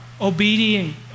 obedient